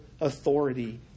authority